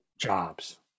jobs